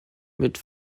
mit